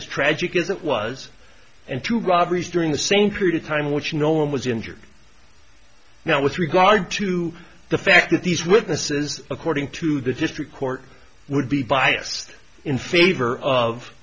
as tragic as it was and to robberies during the same period of time which no one was injured now with regard to the fact that these witnesses according to the district court would be biased in favor of